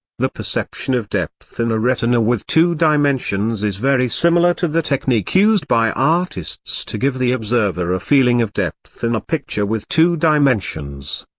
the perception of depth in a retina with two dimensions is very similar to the technique used by artists to give the observer a feeling of depth in a picture with two dimensions.